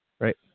Right